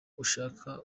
ushaka